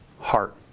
heart